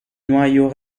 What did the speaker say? noyau